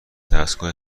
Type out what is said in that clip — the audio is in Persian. دستگاه